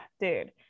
dude